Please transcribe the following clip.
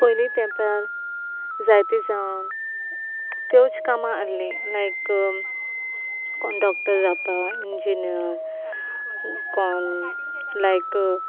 पयलीं तेंपार जायते जावन त्योच कामां आहली लायक कोण डॉक्टर जावपाक इंजिनियर कोण लायक